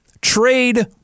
trade